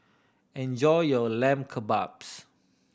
enjoy your Lamb Kebabs